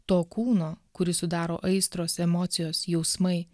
to kūno kurį sudaro aistros emocijos jausmai